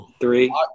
Three